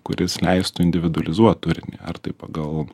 kuris leistų individualizuot turinį ar tai pagal